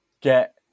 get